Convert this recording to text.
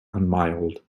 mild